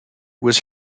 was